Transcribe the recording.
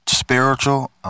Spiritual